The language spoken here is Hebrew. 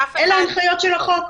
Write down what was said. אלה ההנחיות של החוק.